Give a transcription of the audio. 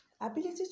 ability